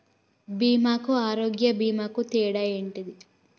బీమా కు ఆరోగ్య బీమా కు తేడా ఏంటిది?